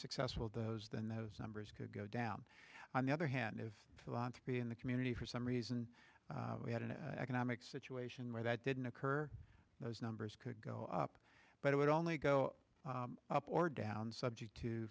successful those than those numbers could go down on the other hand if you want to be in the community for some reason we had an economic situation where that didn't occur those numbers could go up but it would only go up or down subject to